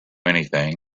anything